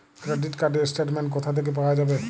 Credit card র statement কোথা থেকে পাওয়া যাবে?